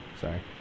Sorry